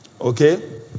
Okay